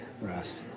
rest